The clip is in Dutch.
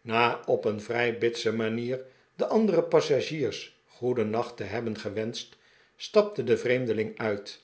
na op een vrij bitse manier de andere passagiers goedennacht te hebben gewenscht stapte de vreemdeling uit